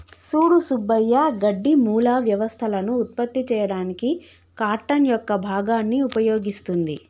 సూడు సుబ్బయ్య గడ్డి మూల వ్యవస్థలను ఉత్పత్తి చేయడానికి కార్టన్ యొక్క భాగాన్ని ఉపయోగిస్తుంది